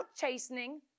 chastening